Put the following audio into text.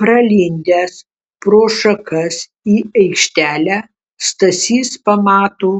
pralindęs pro šakas į aikštelę stasys pamato